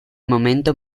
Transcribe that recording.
momento